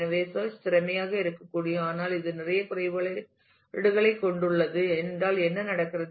எனவே சேர்ச் திறமையாக இருக்கக்கூடும் ஆனால் இது நிறைய குறைபாடுகளைக் கொண்டுள்ளது ஏனென்றால் என்ன நடக்கிறது